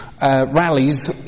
rallies